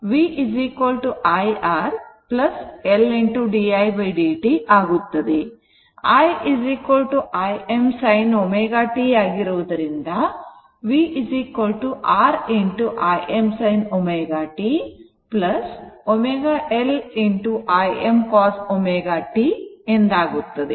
i Im sin ω t ಆಗಿರುವುದರಿಂದ vR Im sin ω t ω L Im cos ω t ಎಂದಾಗುತ್ತದೆ